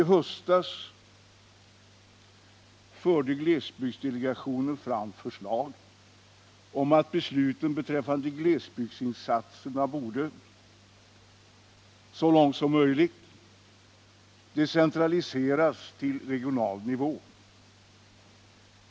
I höstas förde glesbygdsdelegationen fram förslag om att besluten beträffande glesbygdsinsatserna så långt som möjligt borde decentraliseras till regional nivå.